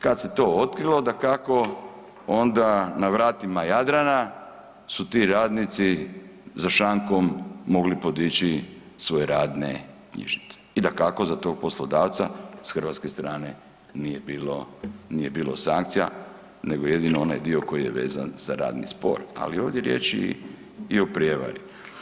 Kad se to otkrilo dakao onda na vratima Jadrana su ti radnici za šankom mogli podići svoje radne knjižice i dakako za tog poslodavca s hrvatske strane nije bilo, nije bilo sankcija nego jedino onaj dio koji je vezan za radni spor ali ovdje je riječ i o prijevari.